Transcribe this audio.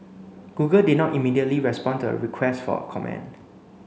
Google did not immediately respond to a request for a comment